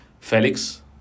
Felix